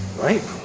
Right